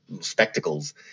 spectacles